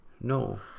no